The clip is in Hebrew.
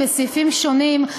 בסעיפים שונים,